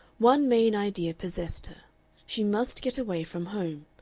one main idea possessed her she must get away from home,